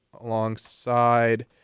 alongside